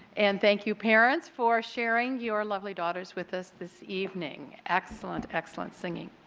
and thank you parents for sharing your lovely daughters with us this evening. excellent, excellent singing.